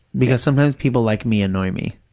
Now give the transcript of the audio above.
because sometimes people like me annoy me.